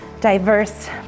diverse